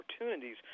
opportunities